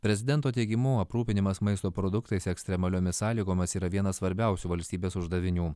prezidento teigimu aprūpinimas maisto produktais ekstremaliomis sąlygomis yra vienas svarbiausių valstybės uždavinių